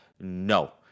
no